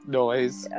noise